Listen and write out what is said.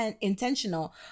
intentional